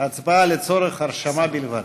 הצבעה לצורך הרשמה בלבד.